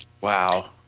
wow